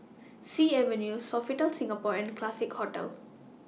Sea Avenue Sofitel Singapore and Classique Hotel